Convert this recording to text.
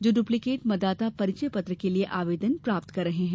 जो डुप्लीकेट मतदाता परिचय पत्र के लिये आवेदन प्राप्त कर रहे हैं